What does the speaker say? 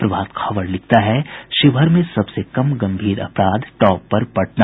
प्रभात खबर लिखता है शिवहर में सबसे कम गम्भीर अपराध टॉप पर पटना